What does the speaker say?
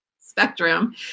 spectrum